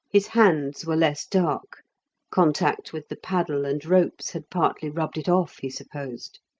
his hands were less dark contact with the paddle and ropes had partly rubbed it off, he supposed.